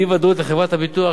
ואי-ודאות לחברת הביטוח,